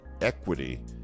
Equity